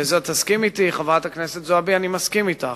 ותסכימי אתי שאני מסכים אתך,